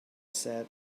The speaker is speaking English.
said